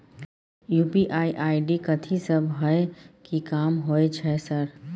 UPI ID कथि सब हय कि काम होय छय सर?